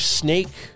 snake